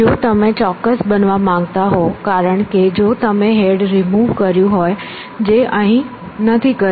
જો તમે ચોક્કસ બનવા માંગતા હો કારણ કે જો તમે હેડ રીમુવ કર્યું હોય જે અહીં નથી કર્યું